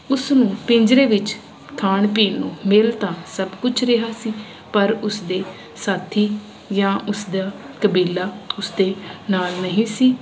ਉਸ ਨੂੰ ਪਿੰਜਰੇ ਵਿੱਚ ਖਾਣ ਪੀਣ ਨੂੰ ਮਿਲ ਤਾਂ ਸਭ ਕੁਛ ਰਿਹਾ ਸੀ ਪਰ ਉਸਦੇ ਸਾਥੀ ਜਾਂ ਉਸ ਦਾ ਕਬੀਲਾ ਉਸਦੇ ਨਾਲ ਨਹੀਂ ਸੀ